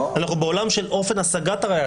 אנחנו בעולם של אופן השגת הראיה,